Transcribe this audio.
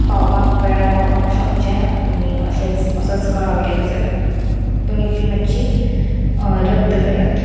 पावपाक वेळार पावपाक शकचें ना तुमी अशेंच असोच कळाव केलो जाल्यार तुमी ती मातशी रद्द करात